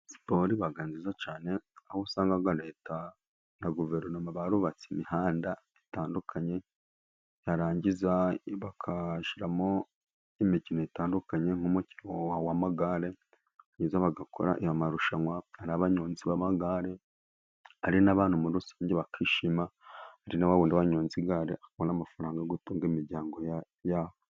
Siporo iba nziza cyane, aho usanga Leta na guverinoma barubatse imihanda itandukanye, barangiza bagashyiramo n'imikino itandukanye nk'umukino w'amagare, maze bagakora amarushanwa ari abanyonzi b'amagare ari n'abantu muri rusange, bakishima ari na wa wundi wanyonze igare abona amafaranga yo gutunga imiryango yabo.